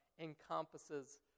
encompasses